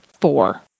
four